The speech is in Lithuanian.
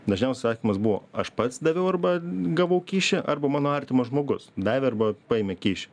dažniau atsakymas buvo aš pats daviau arba gavau kyšį arba mano artimas žmogus davė arba paėmė kyšį